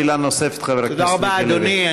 שאלה נוספת, חבר הכנסת מיקי לוי.